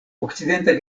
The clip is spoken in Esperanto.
okcidenta